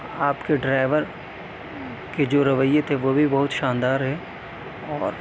آپ کے ڈرائیور کے جو رویے تھے وہ بھی بہت شاندار رہے اور